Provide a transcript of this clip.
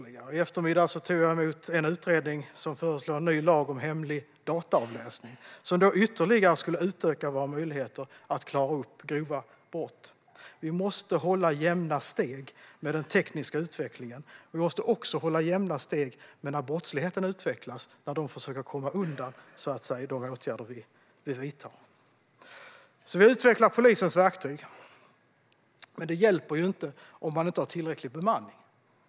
I eftermiddags tog jag emot en utredning där det föreslås en ny lag om hemlig dataavläsning. Det skulle ytterligare utöka möjligheterna att klara upp grova brott. Vi måste hålla jämna steg med den tekniska utvecklingen. Vi måste också hålla jämna steg med hur brottsligheten utvecklas när brottslingarna försöker komma undan de åtgärder vi vidtar. Regeringen utvecklar polisens verktyg, men det hjälper inte om det inte finns tillräcklig bemanning.